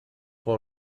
will